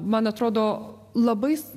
man atrodo labai